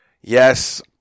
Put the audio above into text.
yes